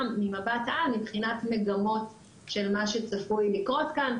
ממבט על מבחינת המגמות של מה שצפוי לקרות כאן.